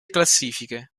classifiche